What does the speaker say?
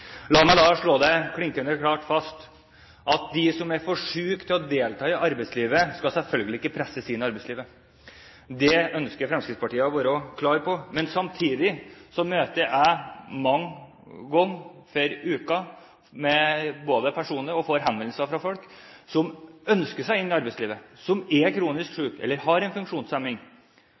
La meg slå klinkende klart fast at de som er for syke til å delta i arbeidslivet, skal selvfølgelig ikke presses inn i arbeidslivet. Det ønsker Fremskrittspartiet å være klar på. Samtidig møter jeg mange ganger i uken personlig, og får henvendelser fra, folk som ønsker seg inn i arbeidslivet, folk som er kronisk syke eller har en